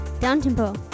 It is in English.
down-tempo